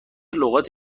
لغات